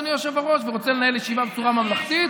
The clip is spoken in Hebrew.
אדוני היושב-ראש, ורוצה לנהל ישיבה בצורה ממלכתית,